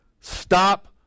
stop